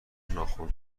ناخن